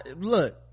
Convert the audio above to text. look